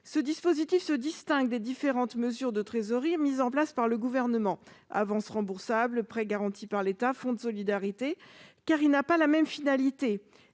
Ce dispositif se distingue des différentes mesures de trésorerie mises en place par le Gouvernement- avances remboursables, prêt garanti par l'État, fonds de solidarité -, car sa finalité